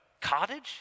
cottage